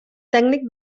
tècnic